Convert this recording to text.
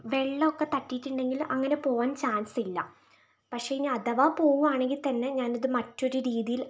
വെള്ളോക്കെതട്ടീട്ടിണ്ടെങ്കിൽ അങ്ങനെ പോവാൻ ചാൻസ് ഇല്ല പക്ഷേയിനി അഥവാ പോവാണെങ്കിത്തന്നെ ഞാനത് മറ്റൊരു രീതിയിൽ